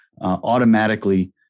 automatically